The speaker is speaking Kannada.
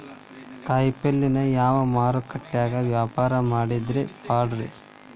ಕಾಯಿಪಲ್ಯನ ಯಾವ ಮಾರುಕಟ್ಯಾಗ ವ್ಯಾಪಾರ ಮಾಡಿದ್ರ ಪಾಡ್ರೇ?